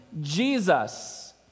Jesus